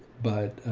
but,